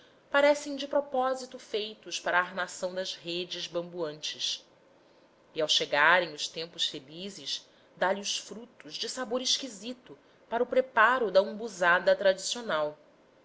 parecem de propósito feitos para a armação das redes bamboantes e ao chegarem os tempos felizes dá-lhe os frutos de sabor esquisito para o preparo da umbuzada tradicional